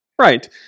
Right